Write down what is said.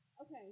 Okay